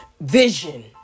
vision